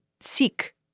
seek